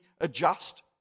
adjust